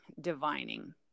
divining